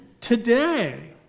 today